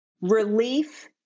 Relief